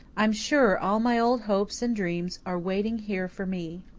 i'm sure all my old hopes and dreams are waiting here for me.